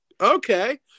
okay